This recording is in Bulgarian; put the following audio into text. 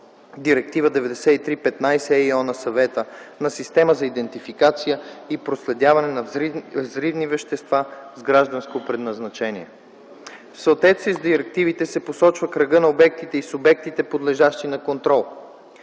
Директива 93/15/ЕИО на Съвета, на система за идентификация и проследяване на взривни вещества с гражданско предназначение. В съответствие с директивите се посочва кръга на обектите и субектите, подлежащи на контрол.